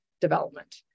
development